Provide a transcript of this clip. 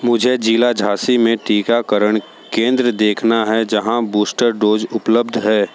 मुझे जिला झाँसी में टीकाकरण केंद्र देखना है जहाँ बूस्टर डोज उपलब्ध है